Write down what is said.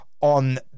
on